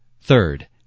Third